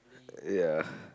ya